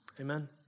Amen